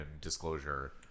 disclosure